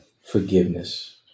forgiveness